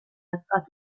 adulta